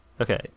Okay